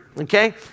okay